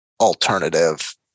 alternative